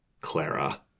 Clara